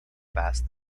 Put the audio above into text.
past